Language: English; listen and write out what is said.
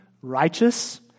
righteous